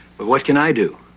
but what can i do?